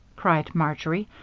cried marjory.